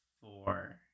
four